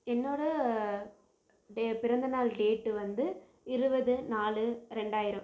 என்னோடய டே பிறந்தநாள் டேட்டு வந்து இருபது நாலு ரெண்டாயிரம்